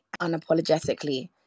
unapologetically